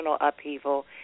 upheaval